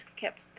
kept